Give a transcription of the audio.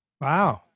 Wow